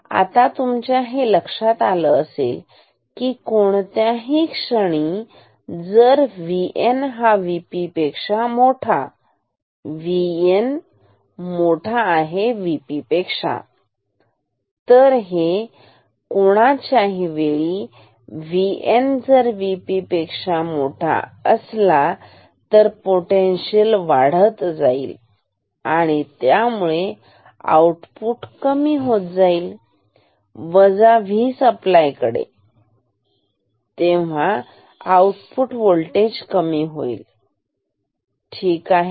तरआता तुमच्या हे लक्षात आलं असेल की कोणत्याही क्षणी जर VN हा VP पेक्षा मोठा V N V P असेल तर हे कोणाच्याही वेळी VN जर VP पेक्षा मोठा असला तर हे पोटेन्शिअल वाढत जाईल त्यामुळे आउटपुट कमी होईल वजा Vसप्लाय कडे तेव्हा आउटपुट होल्टेज कमी होईल ठीक आहे